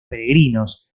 peregrinos